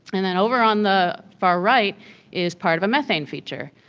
and then over on the far right is part of a methane feature,